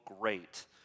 great